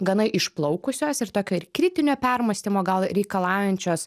gana išplaukusios ir tokio ir kritinio permąstymo gal reikalaujančios